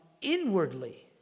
inwardly